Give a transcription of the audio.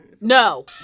No